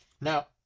Now